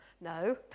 No